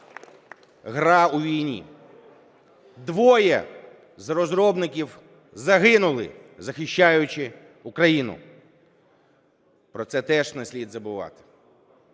"Гра у війні". Двоє з розробників загинули, захищаючи Україну. Про це теж не слід забувати.